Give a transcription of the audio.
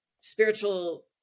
spiritual